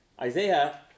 Isaiah